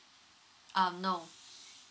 um no